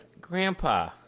Grandpa